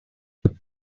there